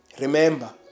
Remember